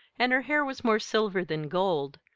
and her hair was more silver than gold,